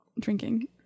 Drinking